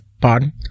Pardon